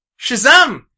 Shazam